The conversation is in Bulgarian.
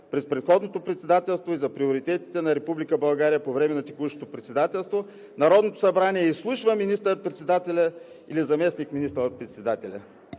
през предходното председателство и за приоритетите на Република България по време на текущото председателство. Народното събрание изслушва министър-председателя или заместник министър-председател.“